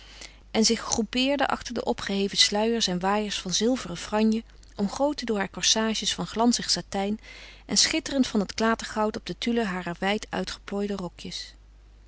en zich groepeerden onder de opgeheven sluiers en waaiers van zilveren franje omgoten door haar corsages van glanzig satijn en schitterend van het klatergoud op de tulle harer wijd uitgeplooide rokjes